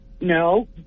No